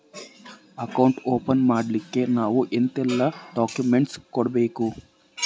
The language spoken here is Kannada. ಅಕೌಂಟ್ ಓಪನ್ ಮಾಡ್ಲಿಕ್ಕೆ ನಾವು ಎಂತೆಲ್ಲ ಡಾಕ್ಯುಮೆಂಟ್ಸ್ ಕೊಡ್ಬೇಕು?